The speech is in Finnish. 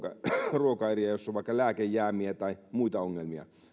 ruokaeriä joissa on vaikka lääkejäämiä tai muita ongelmia